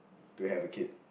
to have a kid